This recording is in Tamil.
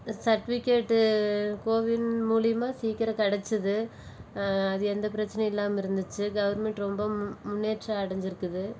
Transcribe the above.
சர்டிபிகேட் கோவின் மூலியமா சீக்கிரம் கிடைச்சிது அது எந்த பிரச்சனையும் இல்லாமல் இருந்துச்சு கவுர்மண்ட் ரொம்ப முன்னேற்றம் அடைஞ்சிருக்குது